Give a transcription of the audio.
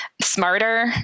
smarter